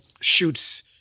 shoots